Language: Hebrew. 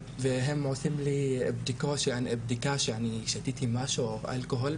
הם עושים לי בדיקה אם שתיתי אלכוהול,